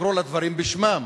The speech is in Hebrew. לקרוא לדברים בשמם.